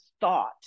thought